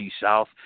south